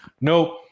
Nope